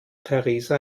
theresa